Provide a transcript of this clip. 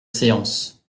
séance